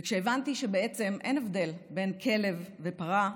וכשהבנתי שבעצם אין הבדל בין כלב ופרה,